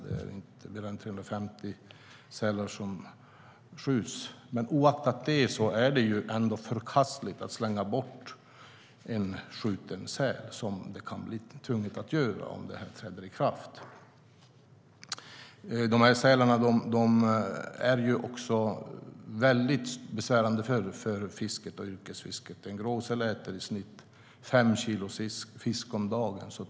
Det är inte mer än 350 sälar som skjuts. Men oavsett det är det förkastligt att slänga bort en skjuten säl, vilket man kan bli tvungen att göra om detta träder i kraft. Sälarna är väldigt besvärande för fisket och yrkesfisket. En gråsäl äter i snitt fem kilo fisk om dagen.